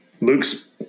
Luke's